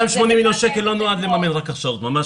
280 מיליון שקל לא נועד לממן רק הכשרות, ממש לא.